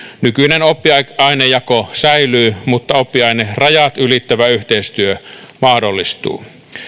nykyinen oppiainejako säilyy mutta oppiainerajat ylittävä yhteistyö mahdollistuu